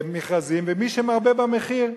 מכרזים, למי שמרבה במחיר.